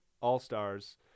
All-Stars